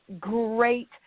great